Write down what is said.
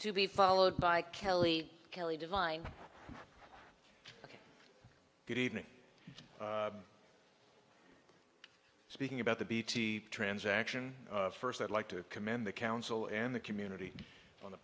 to be followed by kelly kelly divine good evening speaking about the bt transaction first i'd like to commend the council and the community on the